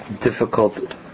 difficult